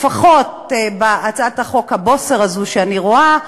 לפחות בהצעת החוק הבוסרית הזאת שאני רואה,